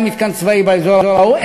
מתקן צבאי באזור ההוא,